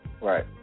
Right